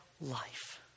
life